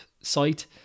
site